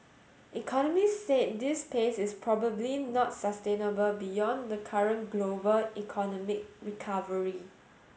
economists said this pace is probably not sustainable beyond the current global economic recovery